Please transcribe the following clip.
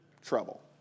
trouble